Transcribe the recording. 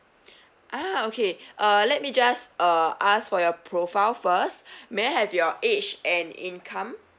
ah okay uh let me just uh ask for your profile first may I have your age and income